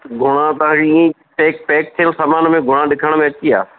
घुणा तव्हांजी पैक पैक थियुल सामान में घुणा ॾिसण में अची विया